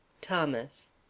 Thomas